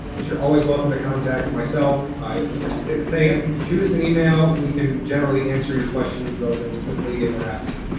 but you're always welcome to contact myself. i think kris would say the same. shoot us an email. we can generally answer your questions relatively quickly, and we're happy to.